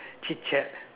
chit chat